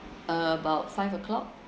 about five o'clock